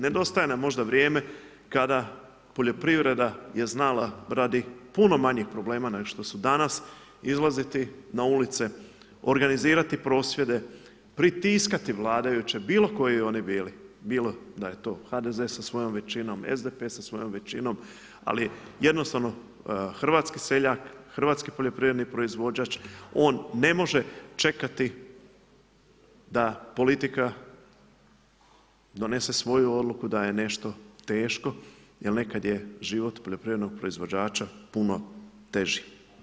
Nedostaje nam možda vrijeme kada poljoprivreda je znala radi puno manjih problema nego što su danas izlaziti na ulice, organizirati prosvjede, pritiskati vladajuće bilo koji oni bili, bilo da je to HDZ sa svojom većinom, SDP sa svojom većinom, ali jednostavno hrvatski seljak, hrvatski poljoprivredni proizvođač, on ne može čekati da politika donese svoju odluku da je nešto teško jer nekad je život poljoprivrednog proizvođača puno teži.